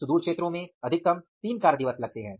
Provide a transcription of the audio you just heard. सुदूर क्षेत्र में अधिकतम तीन कार्य दिवस लगते हैं